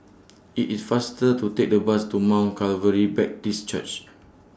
IT IS faster to Take The Bus to Mount Calvary Baptist Church